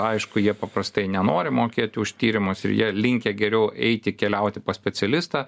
aišku jie paprastai nenori mokėti už tyrimus ir jie linkę geriau eiti keliauti specialistą